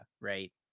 right